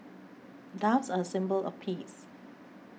doves are a symbol of peace